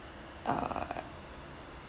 err